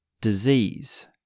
disease